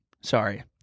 sorry